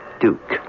Duke